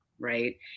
Right